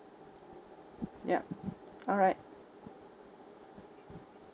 yup all right